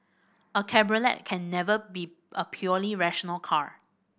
a cabriolet can never be a purely rational car